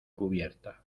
cubierta